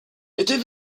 était